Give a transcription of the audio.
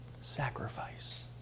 Sacrifice